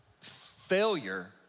failure